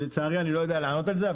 לצערי אני לא יודע לענות על זה.